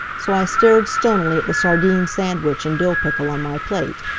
so i stared stonily at the sardine sandwich and dill pickle on my plate,